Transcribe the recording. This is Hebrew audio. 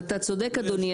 אתה צודק אדוני.